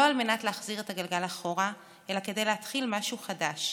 לא על מנת להחזיר את הגלגל אחורה אלא כדי להתחיל משהו חדש.